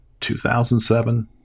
2007